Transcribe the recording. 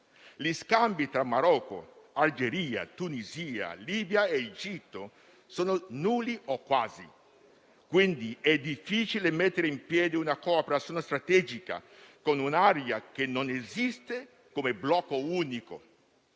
Gli scambi tra Marocco, Algeria, Tunisia, Libia ed Egitto sono nulli o quasi. È difficile quindi mettere in piedi una cooperazione strategica con un'area che non esiste come blocco unico,